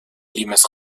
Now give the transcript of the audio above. limes